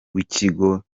w’ikigo